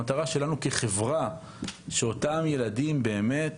המטרה שלנו כחברה היא שאותם ילדים באמת